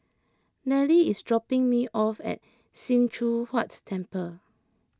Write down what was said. Nelly is dropping me off at Sim Choon Huat Temple